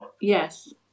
yes